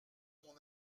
mon